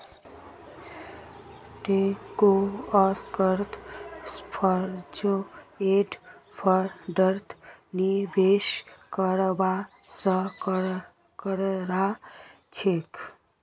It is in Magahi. टिंकू अक्सर क्लोज एंड फंडत निवेश करवा स कतरा छेक